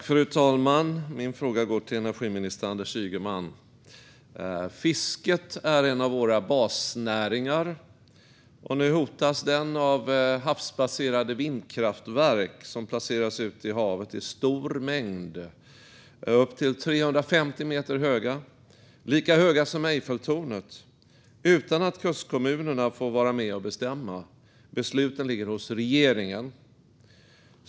Fru talman! Min fråga går till energiminister Anders Ygeman. Fisket är en av våra basnäringar. Nu hotas denna näring av havsbaserade vindkraftverk, som placeras ut i havet i stor mängd. De är upp till 350 meter höga, lika höga som Eiffeltornet. Detta görs utan att kustkommunerna får vara med och bestämma. Besluten ligger hos regeringen.